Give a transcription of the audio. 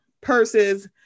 purses